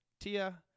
Tia